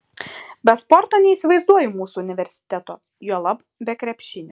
be sporto neįsivaizduoju mūsų universiteto juolab be krepšinio